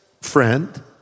friend